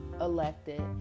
Elected